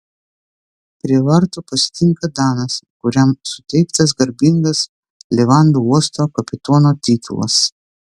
prie vartų pasitinka danas kuriam suteiktas garbingas levandų uosto kapitono titulas